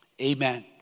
Amen